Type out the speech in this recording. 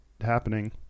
happening